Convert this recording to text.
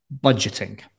budgeting